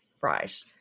right